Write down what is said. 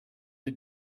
the